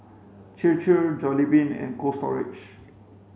Chir Chir Jollibean and Cold Storage